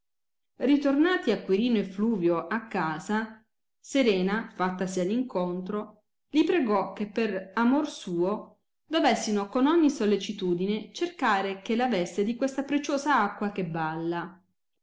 ritornati acquirino e fluvio a casa serena lattasi all incontro gli pregò che per amor suo dovessino con ogni sollecitudine cercare che la avesse di questa preciosa acqua che balla